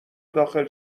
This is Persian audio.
داخل